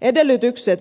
edellytykset